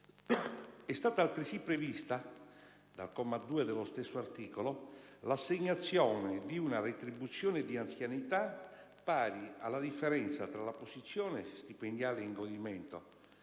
È stata altresì prevista, dal comma 2 dello stesso articolo, l'assegnazione di una retribuzione di anzianità pari alla differenza tra la posizione stipendiale in godimento,